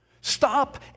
Stop